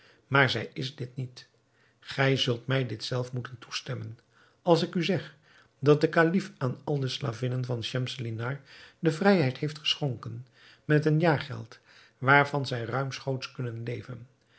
maar zij is dit niet gij zult mij dit zelf moeten toestemmen als ik u zeg dat de kalif aan al de slavinnen van schemselnihar de vrijheid heeft geschonken met een jaargeld waarvan zij ruimschoots kunnen leven